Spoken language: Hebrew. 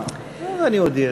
מבחינתי